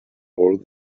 all